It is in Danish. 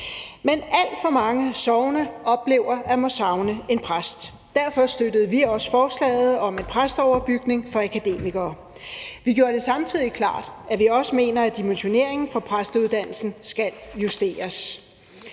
Men alt for mange sogne oplever at måtte savne en præst. Derfor støttede vi også forslaget om en præsteoverbygning for akademikere. Vi gjorde det samtidig klart, at vi også mener, at dimensioneringen for præsteuddannelsen skal justeres.